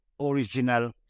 original